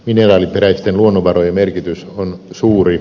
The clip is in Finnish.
mineraaliperäisten luonnonvarojen merkitys on suuri